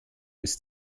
ist